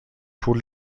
پول